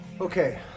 Okay